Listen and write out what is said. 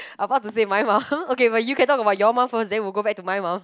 about to say my mum okay but you can talk about your mum first then we'll go back to my mum